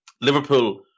Liverpool